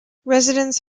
residents